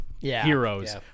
heroes